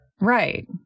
Right